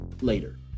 later